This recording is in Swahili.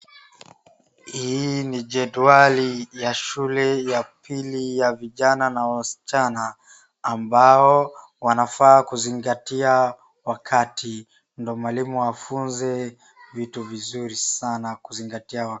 Hii ni jedwali ya shule ya pili ya vijana na wasichana ambao wanafaa kuzingatia wakati ndio mwalimu afunze vitu vizuri sana kuzingatia.